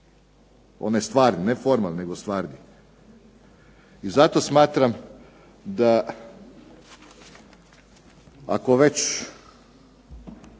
onaj stvarni, ne formalni nego stvarni. I zato smatram da ako već